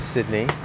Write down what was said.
Sydney